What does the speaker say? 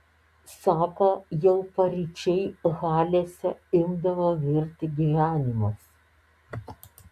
sako jau paryčiui halėse imdavo virti gyvenimas